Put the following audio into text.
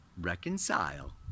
reconcile